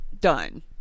done